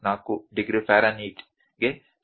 40 degree ಫ್ಯಾರನ್ಹೀಟ್ಗೆ ಸಮಾನವಾಗಿರುತ್ತದೆ